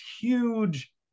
huge